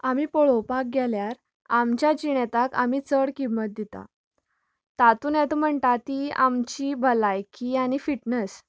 आमी पळोवपाक गेल्यार आमच्या जिणेताक आमी चड किम्मत दितात तातूंत येता म्हणटा ती आमची भलायकी आनी फिटनॅस